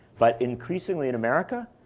but increasingly in america,